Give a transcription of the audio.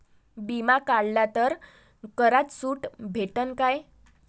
बिमा काढला तर करात सूट भेटन काय?